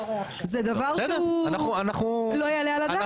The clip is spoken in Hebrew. זה דבר שהוא לא יעלה על הדעת.